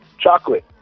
chocolate